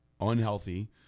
unhealthy